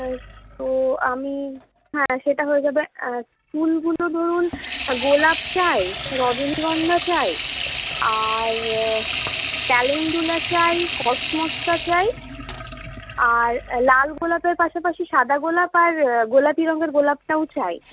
হ্যাঁ তো আমি হ্যাঁ সেটা হয়ে যাবে হ্যাঁ ফুলগুলো ধরুন গোলাপ চাই রজনীগন্ধা চাই আর ক্যালেন্ডুলা চাই কসমসটা চাই আর লাল গোলাপের পাশাপাশি সাদা গোলাপ আর গোলাপি রঙের গোলাপটাও চাই